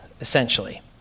essentially